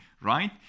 right